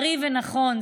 בריא ונכון.